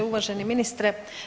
Uvaženi ministre.